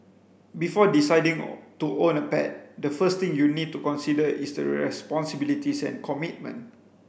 before deciding to own a pet the first thing you need to consider is the responsibilities and commitment